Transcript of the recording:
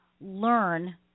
learn